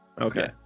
Okay